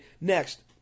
next